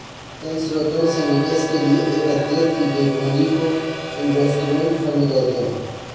कई स्रोतों से निवेश के लिए एकत्रित की गई पूंजी को इनवेस्टमेंट फंड कहते हैं